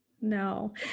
no